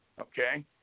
Okay